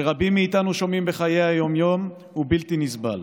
שרבים מאתנו שומעים בחיי היום-יום, הוא בלתי נסבל.